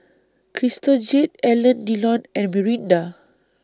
Crystal Jade Alain Delon and Mirinda